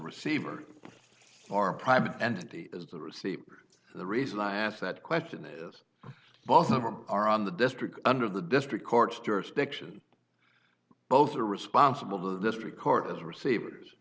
receiver or private entity is the receiver the reason i ask that question is both of them are on the district under the district court's jurisdiction both are responsible district court as receivers